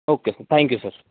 okay sir thank you sir